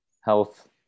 Health